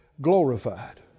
glorified